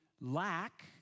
lack